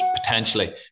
Potentially